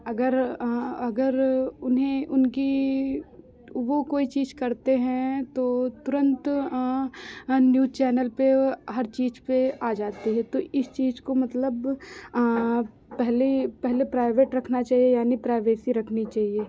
अगर अगर उन्हें उनकी वो कोई चीज करते हैं तो तुंरत न्यूज चैनल पे वो हर चीज पे आ जाती है तो इस चीज को मतलब पहली पहले प्राइवेट रखना चाहिए यानी प्राइवेसी रखनी चाहिए